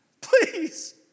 Please